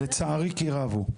לצערי כי רב הוא.